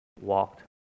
walked